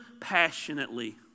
passionately